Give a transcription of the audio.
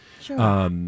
Sure